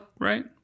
right